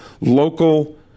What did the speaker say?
local